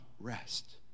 rest